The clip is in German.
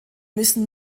müssen